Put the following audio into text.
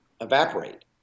evaporate